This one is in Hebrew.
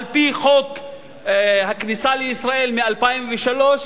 על-פי חוק הכניסה לישראל מ-2003,